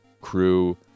crew